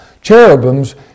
cherubims